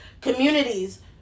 communities